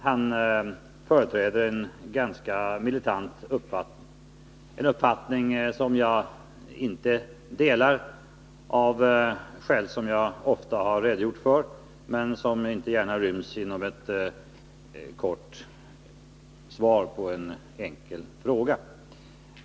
Han företräder en ganska militant uppfattning - en uppfattning som jag inte delar, av skäl som jag ofta har redogjort för men som inte gärna ryms inom ett kort svar på en enkel fråga.